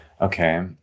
Okay